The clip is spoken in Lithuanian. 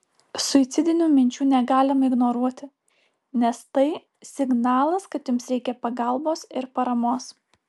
suicidinių minčių negalima ignoruoti nes tai signalas kad jums reikia pagalbos ir paramos